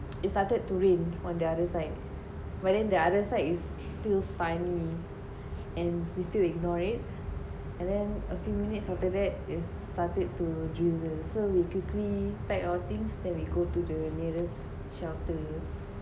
it's started to rain on the other side but then the other side is still sunny and we still ignore it and then a few minutes after that is started to drizzle so we quickly pack or things that we go to the nearest shelter